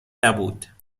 نبود